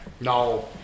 No